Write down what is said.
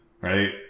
right